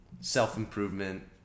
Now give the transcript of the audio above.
self-improvement